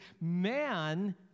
man